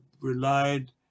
relied